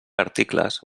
articles